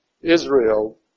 Israel